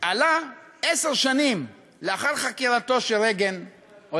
עלה עשר שנים לאחר חקירתו של רייגן או